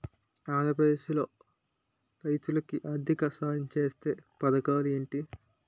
ఆంధ్రప్రదేశ్ లో రైతులు కి ఆర్థిక సాయం ఛేసే పథకాలు ఏంటి?